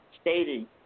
stating